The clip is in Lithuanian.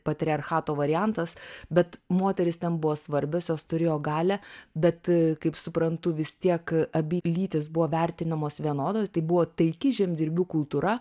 patriarchato variantas bet moterys ten buvo svarbios jos turėjo galią bet kaip suprantu vis tiek abi lytys buvo vertinamos vienodai tai buvo taiki žemdirbių kultūra